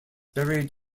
buried